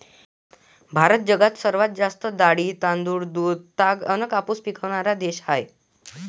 भारत जगात सर्वात जास्त डाळी, तांदूळ, दूध, ताग अन कापूस पिकवनारा देश हाय